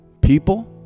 people